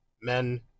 men